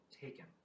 taken